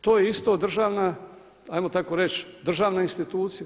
To je isto državna ajmo tako reći državna institucija.